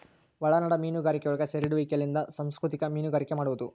ಒಳನಾಡ ಮೀನುಗಾರಿಕೆಯೊಳಗ ಸೆರೆಹಿಡಿಯುವಿಕೆಲಿಂದ ಸಂಸ್ಕೃತಿಕ ಮೀನುಗಾರಿಕೆ ಮಾಡುವದು